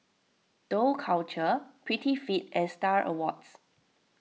Dough Culture Prettyfit and Star Awards